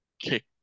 kick